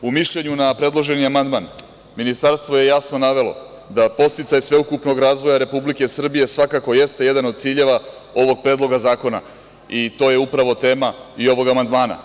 U mišljenju na predloženi amandman ministarstvo je tačno navelo da podsticaj sveukupnog razvoja Republike Srbije svakako jeste jedan od ciljeva ovog predloga zakona i to je upravo tema i ovog amandmana.